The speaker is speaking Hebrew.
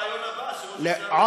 תיזהרי את בריאיון הבא,